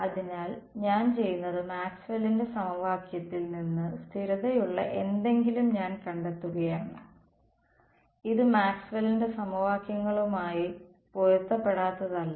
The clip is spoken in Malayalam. അതിനാൽ ഞാൻ ചെയ്യുന്നത് മാക്സ്വെല്ലിന്റെ സമവാക്യത്തിൽ Maxwell's equation നിന്ന് സ്ഥിരതയുള്ള എന്തെങ്കിലും ഞാൻ കണ്ടെത്തുകയാണ് ഇത് മാക്സ്വെല്ലിന്റെ സമവാക്യങ്ങളുമായി Maxwell's equation പൊരുത്തപ്പെടാത്തതല്ല